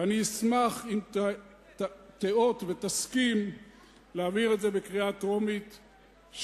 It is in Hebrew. ואני אשמח אם תיאות ותסכים להעביר את זה בקריאה טרומית,